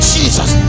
Jesus